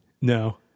No